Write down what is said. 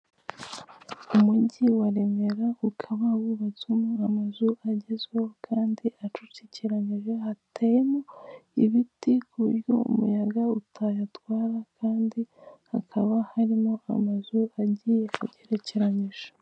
Umujyi wa Remera ukaba wubatswemo amazu agezweho kandi acucikeranyije hateyemo ibiti ku buryo umuyaga utayatwara kandi hakaba harimo amazu agiye agerekeranyije.